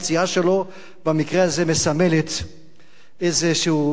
הפציעה שלו במקרה הזה מסמלת איזשהו,